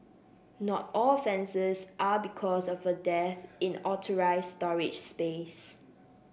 not all offences are because of a dearth in authorised storage space